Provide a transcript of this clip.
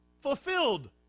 fulfilled